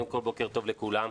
בוקר טוב לכולם.